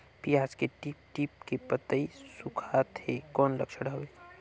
पियाज के टीप टीप के पतई सुखात हे कौन लक्षण हवे?